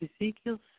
Ezekiel